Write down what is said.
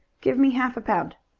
give me half a pound.